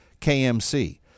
KMC